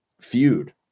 feud